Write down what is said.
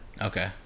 Okay